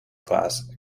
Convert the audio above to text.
class